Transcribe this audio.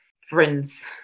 friends